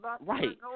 right